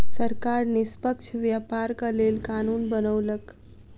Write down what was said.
सरकार निष्पक्ष व्यापारक लेल कानून बनौलक